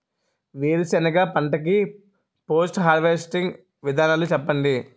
వేరుసెనగ పంట కి పోస్ట్ హార్వెస్టింగ్ విధానాలు చెప్పండీ?